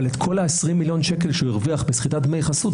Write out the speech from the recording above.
אבל כל ה-20 מיליון שקל שהרוויח בסחיטת דמי חסות,